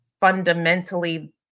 fundamentally